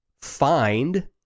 find